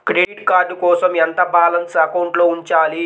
Credit card కోసం ఎంత balance అకౌంట్లో ఉంచాలి?